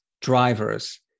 drivers